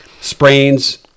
Sprains